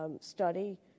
study